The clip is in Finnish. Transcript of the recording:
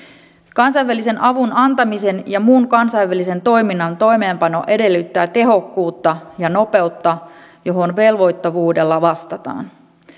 kansainvälisen avun antamisen ja muun kansainvälisen toiminnan toimeenpano edellyttää tehokkuutta ja nopeutta johon velvoittavuudella vastataan